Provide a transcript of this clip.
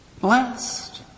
blessed